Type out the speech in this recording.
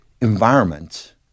environment